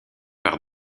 par